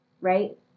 right